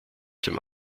dem